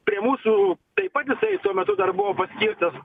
prie mūsų taip pat jisai tuo metu dar buvo paskirtas